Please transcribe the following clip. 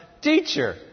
Teacher